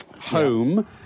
home